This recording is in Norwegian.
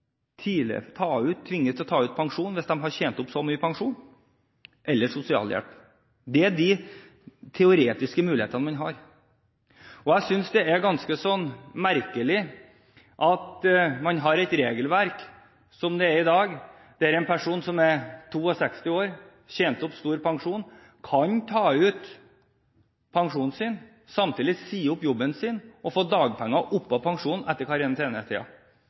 tvinges til å ta ut pensjon, hvis de har tjent opp så mye pensjon, eller sosialhjelp. Det er de teoretiske mulighetene man har. Jeg synes det er ganske merkelig at man har et regelverk som i dag, der en person som er 62 år, som har tjent opp stor pensjon, kan ta ut pensjonen sin, og samtidig si opp jobben sin og få dagpenger oppå pensjonen etter